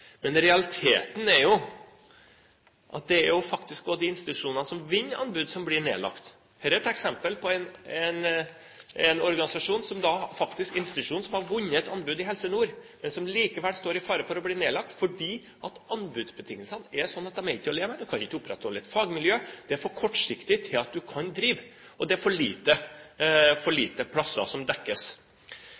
Men realiteten er jo at også de institusjonene som vinner anbud, blir nedlagt. Dette er et eksempel på en institusjon som har vunnet et anbud i Helse Nord, men som likevel står i fare for å bli nedlagt fordi anbudsbetingelsene er sånn at de ikke er til å leve med – man kan ikke opprettholde et fagmiljø, det er for kortsiktig til at du kan drive, og det er for lite plasser som dekkes.